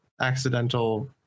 accidental